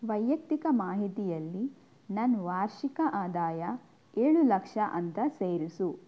ವೈಯಕ್ತಿಕ ಮಾಹಿತಿಯಲ್ಲಿ ನನ್ನ ವಾರ್ಷಿಕ ಆದಾಯ ಏಳು ಲಕ್ಷ ಅಂತ ಸೇರಿಸು